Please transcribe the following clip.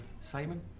Simon